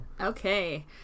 okay